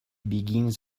begins